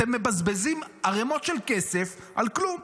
אתם מבזבזים ערמות של כסף על כלום.